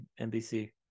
NBC